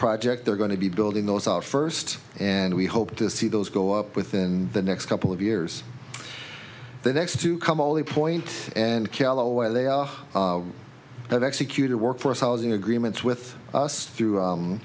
project they're going to be building those off first and we hope to see those go up within the next couple of years the next to come all the point and callaway they are executed workforce housing agreements with us through